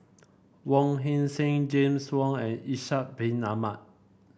Wong Heck Sing James Wong and Ishak Bin Ahmad